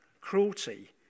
cruelty